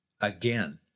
Again